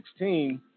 2016